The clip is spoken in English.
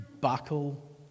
Buckle